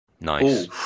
Nice